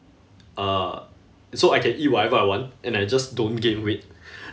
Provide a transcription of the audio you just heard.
uh so I can eat whatever I want and I just don't gain weight